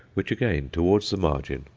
which again, towards the margin,